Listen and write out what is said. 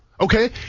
Okay